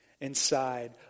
Inside